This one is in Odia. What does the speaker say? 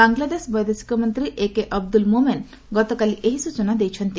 ବାଂଲାଦେଶ ବୈଦେଶିକ ମନ୍ତ୍ରୀ ଏକେ ଅବଦୁଲ ମୋମେନ୍ ଗତକାଲି ଏହି ସୂଚନା ଦେଇଛନ୍ତି